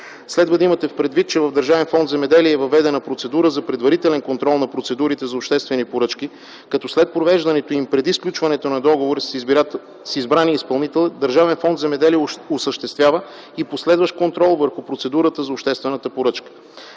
Следва да имате предвид, че в Държавен фонд „Земеделие” е въведена процедура за предварителен контрол на процедурите за обществени поръчки, като след провеждането им, преди сключването на договора с избрания изпълнител Държавен фонд „Земеделие” осъществява и последващ контрол върху процедурата за обществената поръчка.